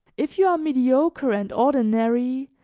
if you are mediocre and ordinary,